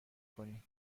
کنی